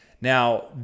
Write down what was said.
Now